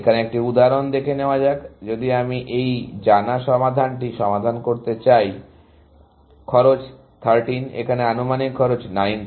এখানে একটি উদাহরণ দেখে নেওয়া যাক যদি আমি এই জানা সমাধানটি প্রসারিত করতে চাই খরচ 13 এখানে আনুমানিক খরচ 19